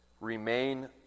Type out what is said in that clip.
remain